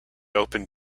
open